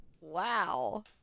Wow